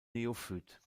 neophyt